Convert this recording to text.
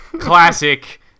classic